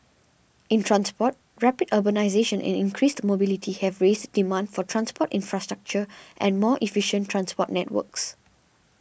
in transport rapid urbanisation and increased mobility have raised demand for transport infrastructure and more efficient transport networks